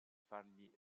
fargli